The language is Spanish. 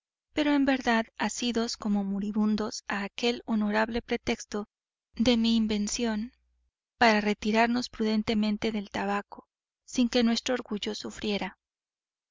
pero en verdad asidos como moribundos a aquel honorable pretexto de mi invención para retirarnos prudentemente del tabaco sin que nuestro orgullo sufriera